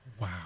Wow